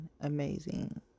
amazing